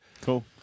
Cool